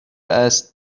است